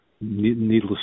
needless